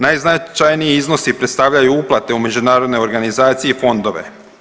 Najznačajniji iznosi predstavljaju uplate u međunarodne organizacije i fondove.